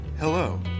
Hello